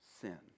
sin